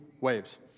waves